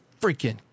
freaking